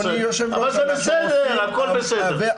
אבל זה בסדר, הכול בסדר.